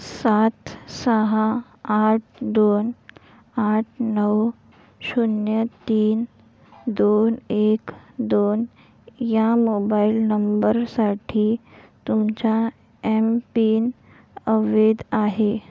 सात सहा आठ दोन आठ नऊ शून्य तीन दोन एक दोन या मोबाईल नंबरसाठी तुमचा एम पिन अवैध आहे